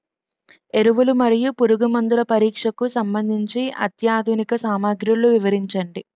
ఎరువులు మరియు పురుగుమందుల పరీక్షకు సంబంధించి అత్యాధునిక సామగ్రిలు వివరించండి?